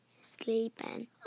sleeping